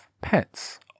pets